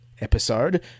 episode